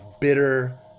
bitter